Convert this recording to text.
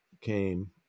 came